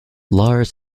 lars